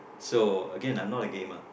so Again I'm not a gamer